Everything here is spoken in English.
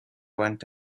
went